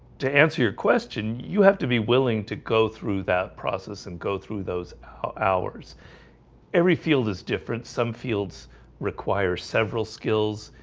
to answer your question. you have to be willing to go through that process and go through those hours every field is different some fields require several skills.